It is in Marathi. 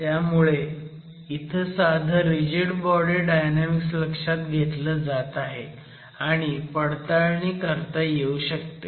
त्यामुळे इथे साधं रिजिड बॉडी डायनॅमिक्स लक्षात घेतलं जातं आहे आणि पडताळणी करता येऊ शकते